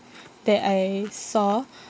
that I saw